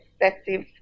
excessive